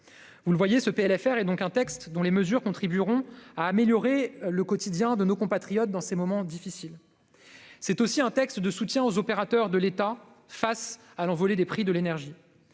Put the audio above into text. Vous le voyez, ce PLFR est un texte dont les mesures contribueront à améliorer le quotidien de nos compatriotes dans ces moments difficiles. C'est aussi un texte de soutien aux opérateurs de l'État face à l'envolée des prix de l'énergie-